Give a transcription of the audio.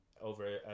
over